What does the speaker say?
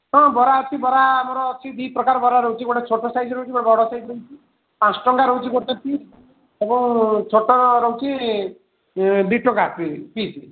ହଁ ବରା ଅଛି ବରା ଆମର ଅଛି ଦୁଇପ୍ରକାର ବରା ରହୁଛି ଗୋଟିଏ ଛୋଟ ସାଇଜ୍ ରହୁଛି ଗୋଟିଏ ବଡ଼ ସାଇଜ୍ର ରହୁଛି ପାଞ୍ଚଟଙ୍କା ରହୁଛି ଗୋଟିଏ ପିସ୍ ଏବଂ ଛୋଟ ରହୁଛି ଦୁଇ ଟଙ୍କା ପିସ୍